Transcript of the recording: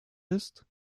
ist